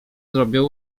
zrobią